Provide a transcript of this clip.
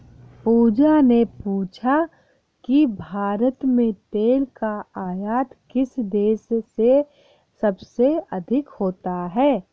पूजा ने पूछा कि भारत में तेल का आयात किस देश से सबसे अधिक होता है?